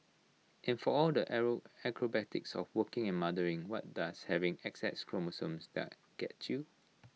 and for all the acrobatics of working and mothering what does having X X chromosomes let get you